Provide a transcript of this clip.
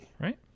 right